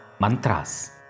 mantras